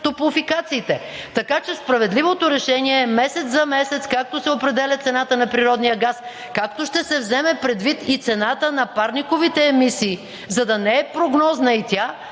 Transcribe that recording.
топлофикациите. Така че справедливото решение е месец за месец, както се определя цената на природния газ, както ще се вземе предвид и цената на парниковите емисии, за да не е прогнозна и тя